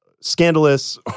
scandalous